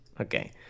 Okay